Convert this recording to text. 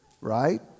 right